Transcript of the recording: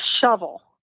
shovel